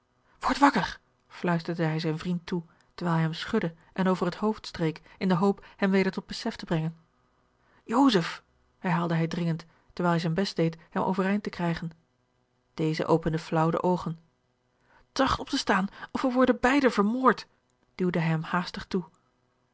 word wakker fluisterde hij zijn vriend toe terwijl hij hem schudde en over het hoofd streek in de hoop hem weder tot besef te brengen joseph herhaalde hij dringend terwijl hij zijn best deed hem overeind te krijgen george een ongeluksvogel deze opende flaauw de oogen tracht op te staan of wij worden beide vermoord duwde hij hem haastig toe